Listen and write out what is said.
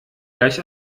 gleich